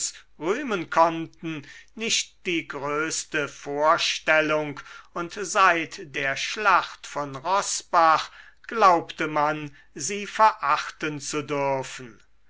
rühmen konnten nicht die größte vorstellung und seit der schlacht von roßbach glaubte man sie verachten zu dürfen